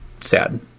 sad